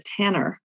tanner